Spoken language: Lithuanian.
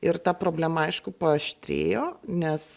ir ta problema aišku paaštrėjo nes